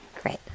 Great